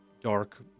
dark